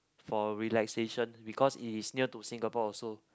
for relaxation because it is near to Singapore also